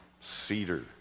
cedar